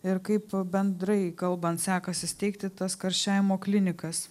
ir kaip bendrai kalbant sekasi steigti tas karščiavimo klinikas